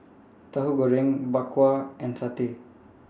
Tahu Goreng Bak Kwa and Satay